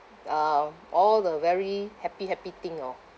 um all the very happy happy thing you know